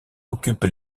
occupe